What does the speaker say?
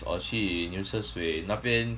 or 去牛车水那边